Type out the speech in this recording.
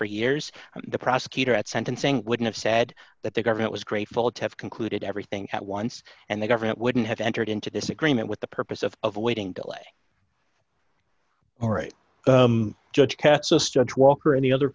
for years the prosecutor at sentencing wouldn't have said that the government was grateful to have concluded everything at once and the government wouldn't have entered into this agreement with the purpose of avoiding delay or a judge katz us judge walker any other